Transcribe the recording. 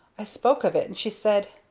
i spoke of it and she said,